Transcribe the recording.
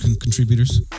contributors